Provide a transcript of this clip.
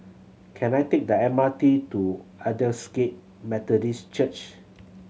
can I take the M R T to Aldersgate Methodist Church